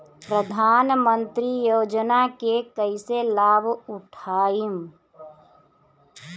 प्रधानमंत्री योजना के कईसे लाभ उठाईम?